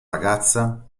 ragazza